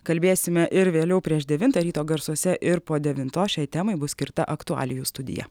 kalbėsime ir vėliau prieš devintą ryto garsuose ir po devintos šiai temai bus skirta aktualijų studija